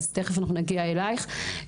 תכף נגיע אלייך.